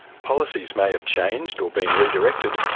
policies may have changed or been re-directed,